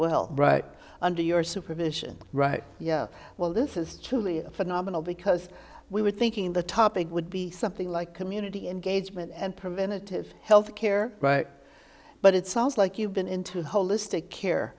well right under your supervision right yeah well this is truly phenomenal because we were thinking the topic would be something like community engagement and preventative health care but it's also like you've been into holistic care